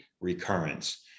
recurrence